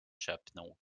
szepnął